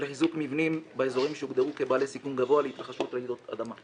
ולחיזוק מבנים באזורים שהוגדרו כבעלי סיכון גבוה להתרחשות רעידות אדמה.